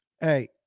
Hey